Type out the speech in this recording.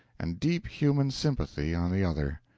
and deep human sympathy on the other.